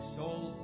soul